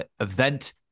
event